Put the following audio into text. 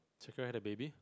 so can I have the baby